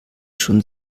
schon